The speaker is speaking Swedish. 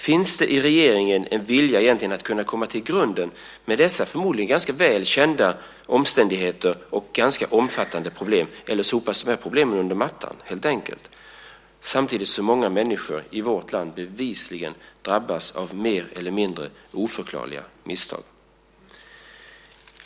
Finns det i regeringen egentligen en vilja att kunna gå till grunden med dessa förmodliga ganska väl kända omständigheter och ganska omfattande problem, eller sopas de här problemen under mattan helt enkelt, samtidigt som många människor i vårt land bevisligen drabbas av mer eller mindre oförklarliga misstag?